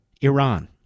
Iran